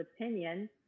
opinion